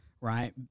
Right